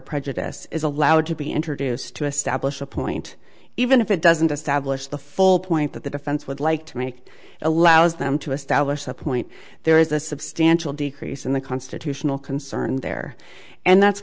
prejudice is allowed to be introduced to establish a point even if it doesn't establish the full point that the defense would like to make allows them to establish that point there is a substantial decrease in the constitutional concern there and that's